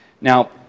Now